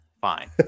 Fine